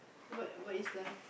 what what is life